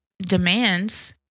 demands